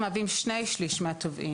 ילדים שנשכחים בתוך הרכבים.